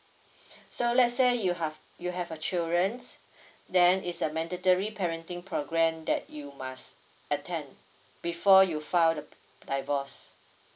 so let's say you have you have a children then it's a mandatory parenting program that you must attend before you file the divorce